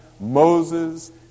Moses